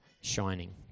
shining